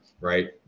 right